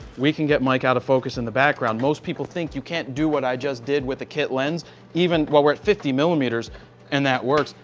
we can get mike out of focus in the background. most people think you can't do what i just did with the kit lens even while we're at fifty millimeters and that works.